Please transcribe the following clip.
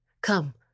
Come